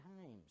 times